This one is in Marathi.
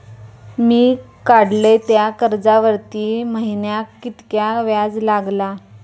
मी काडलय त्या कर्जावरती महिन्याक कीतक्या व्याज लागला?